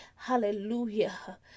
Hallelujah